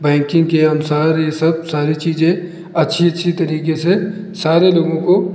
banking के अनुसार यह सब सारे चीज़ें अच्छी अच्छी तरीके से सारे लोगों को